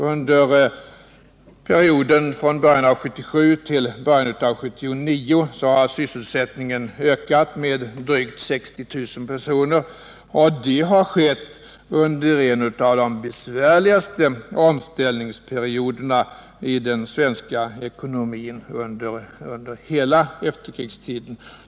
Under perioden från början av 1977 till början av 1979 har antalet sysselsatta ökat med drygt 60 000 personer, och det har skett under en av de besvärligaste omställningsperioderna i den svenska ekonomin under hela efterkrigstiden.